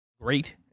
great